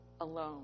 alone